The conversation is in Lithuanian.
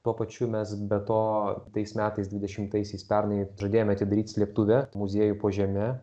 tuo pačiu mes be to tais metais dvidešimtaisiais pernai žadėjome atidaryti slėptuvę muziejų po žeme